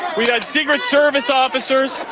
we've had secret service officers,